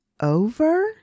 over